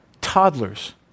toddlers